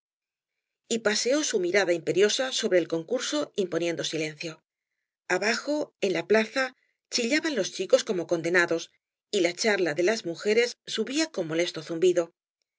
t paseó su mirada imperiosa sobre el concurso imponiendo silencio abajo en la plaza chí liaban los chicos como condenados y la charla de las mujeres subía con molesto zumbido